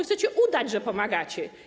Chcecie udać, że pomagacie.